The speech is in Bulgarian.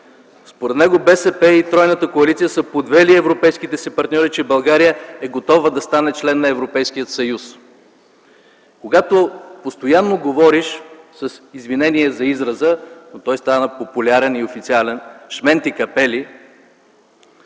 Според него БСП и тройната коалиция са подвели европейските си партньори, че България е готова да стане член на Европейския съюз. Когато постоянно говориш, с извинение за израза, но той стана популярен и официален – „шменти-капели”,